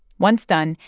once done,